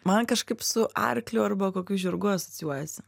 man kažkaip su arkliu arba kokiu žirgu asocijuojasi